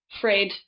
Fred